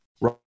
right